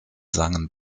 sangen